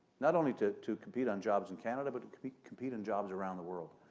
not only to to compete on jobs and canada, but to compete compete on jobs around the world.